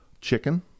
chicken